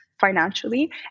financially